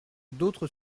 d’autres